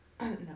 No